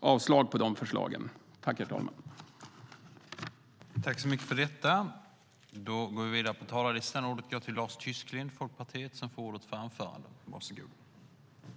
Jag yrkar avslag på de förslagen.